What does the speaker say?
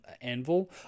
Anvil